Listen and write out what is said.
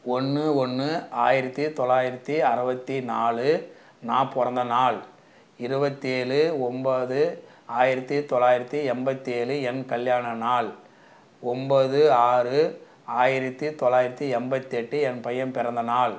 ஒன்று ஒன்று ஆயிரத்தி தொள்ளாயிரத்தி அறுவத்தி நாலு நான் பிறந்த நாள் இருபத்தேழு ஒம்பது ஆயிரத்தி தொள்ளாயிரத்தி எண்பத்தேழு என் கல்யாண நாள் ஒம்பது ஆறு ஆயிரத்தி தொள்ளாயிரத்தி எண்பத்தெட்டு என் பையன் பிறந்தநாள்